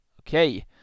Okay